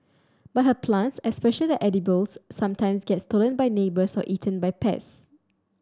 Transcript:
but her plants especially the edibles sometimes get stolen by neighbours or eaten by pest